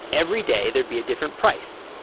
every day there'd be a different price,